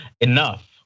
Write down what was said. enough